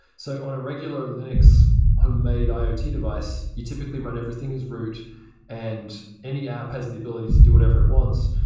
so on a regular linux homemade iot device, you typically run everything as root and any app has the ability to do whatever it wants,